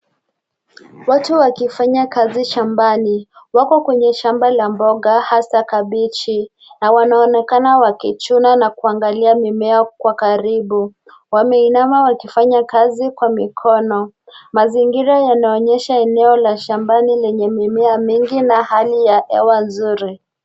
Watu wakifanya kazi shambani. Wako kwenye shamba la mboga hasa kabichi na wanaonekana wakichuna na kuangalia mimea kwa karibu. Wameinama wakifanya kazi kwa mikono. Mazingira yanaonyesha eneo la shambani lenye mimea mingi na hali ya hewa nzuri.